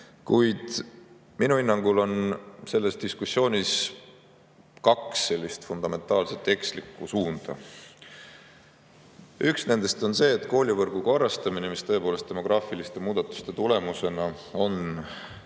Kuid minu hinnangul on selles diskussioonis kaks fundamentaalselt ekslikku suunda. Üks on see, et koolivõrgu korrastamine, mis tõepoolest demograafiliste muudatuste tõttu on